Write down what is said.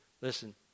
Listen